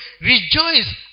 rejoice